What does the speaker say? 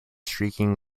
shrieking